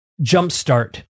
jumpstart